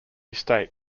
state